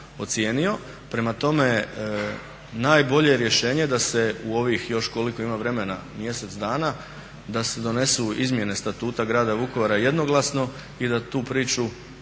Prema tome najbolje je rješenje da se u ovih još koliko ima vremena mjesec dana da se donesu izmjene Statuta Grada Vukovara jednoglasno i da tu priču